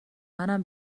منم